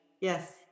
Yes